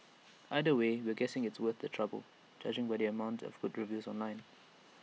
either way we're guessing it's worth the trouble judging by the amount of good reviews online